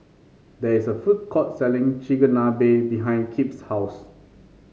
there is a food court selling Chigenabe behind Kip's house